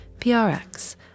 PRX